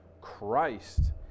Christ